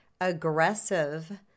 aggressive